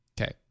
Okay